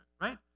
right